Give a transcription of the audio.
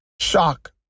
Shock